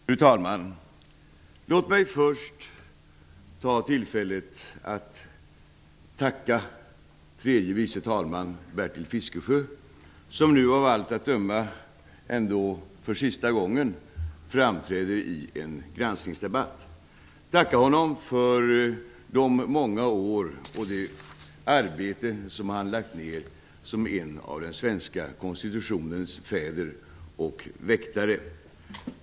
Fru talman! Låt mig först ta tillfället att tacka tredje vice talman Bertil Fiskesjö, som nu av allt att döma för sista gången framträder i en granskningsdebatt. Jag vill tacka för de många år och det arbete som han har lagt ner som en av den svenska konstitutionens fäder och väktare.